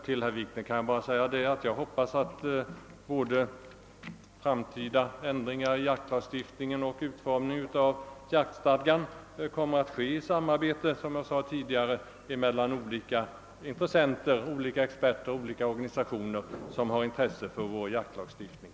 Till herr Wikner vill jag säga att jag hoppas att både den framtida ändringen i jaktlagstiftningen och utformningen av jaktstadgan kommer att ske i samarbete mellan olika experter och organisationer, som har intresse för vår jaktlagstiftning.